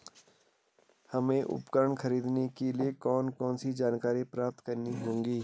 हमें उपकरण खरीदने के लिए कौन कौन सी जानकारियां प्राप्त करनी होगी?